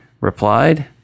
replied